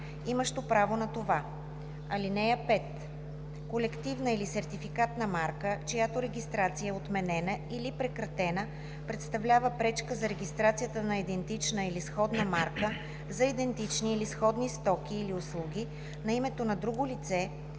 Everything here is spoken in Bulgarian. имащо право на това.